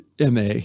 MA